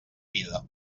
vida